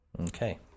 Okay